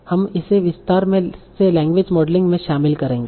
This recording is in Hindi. हम इसे विस्तार से लैंग्वेज मॉडलिंग में शामिल करेंगे